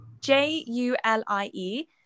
J-U-L-I-E